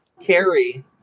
Carrie